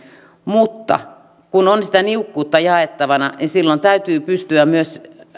mutta kun on sitä niukkuutta jaettavana niin silloin täytyy pystyä myös